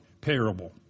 parable